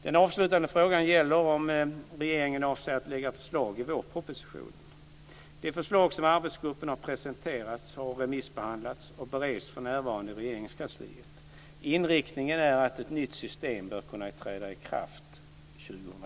Den avslutande frågan gäller om regeringen avser att lägga förslag i vårpropositionen. Det förslag som arbetsgruppen har presenterat har remissbehandlats och bereds för närvarande i Regeringskansliet. Inriktningen är att ett nytt system bör kunna träda i kraft år